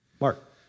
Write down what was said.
Mark